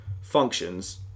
functions